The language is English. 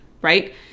right